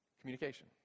communication